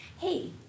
hey